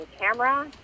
camera